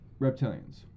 reptilians